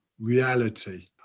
reality